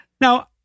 Now